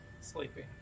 Sleeping